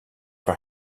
for